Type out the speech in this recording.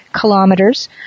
kilometers